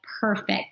perfect